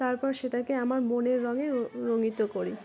তারপর সেটাকে আমার মনের রঙে রঙিত করি